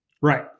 Right